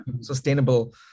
sustainable